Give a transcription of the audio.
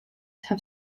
have